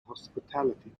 hospitality